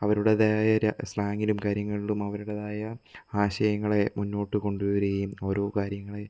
അവരുടേതായ ഒരു സ്ലാങ്ങിലും കാര്യങ്ങളിലും അവരുടേതായ ആശയങ്ങളെ മുന്നോട്ട് കൊണ്ട് വരികയും ഓരോ കാര്യങ്ങളെ